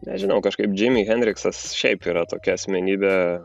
nežinau kažkaip džimi henrikas šiaip yra tokia asmenybė